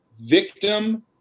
victim